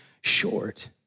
short